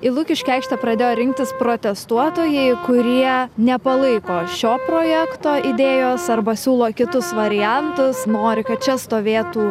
į lukiškių aikštę pradėjo rinktis protestuotojai kurie nepalaiko šio projekto idėjos arba siūlo kitus variantus nori kad čia stovėtų